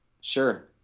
Sure